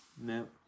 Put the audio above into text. Nope